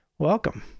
welcome